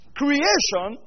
creation